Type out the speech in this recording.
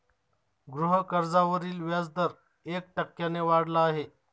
गृहकर्जावरील व्याजदर एक टक्क्याने वाढला आहे